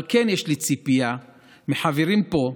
אבל כן יש לי ציפייה מחברים פה,